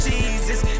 Jesus